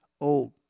old